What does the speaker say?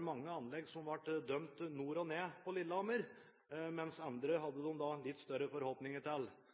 Mange anlegg på Lillehammer ble dømt nord og ned, mens man hadde litt større forhåpninger til